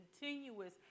continuous